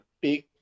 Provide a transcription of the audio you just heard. big